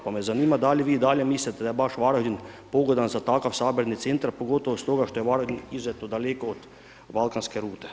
Pa me zanima da li vi i dalje mislite da je baš Varaždin pogodan za takav sabirni centar pogotovo stoga što je Varaždin izuzeto daleko od balkanske rute.